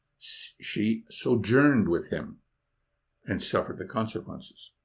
she sojourned with him and suffered the consequences.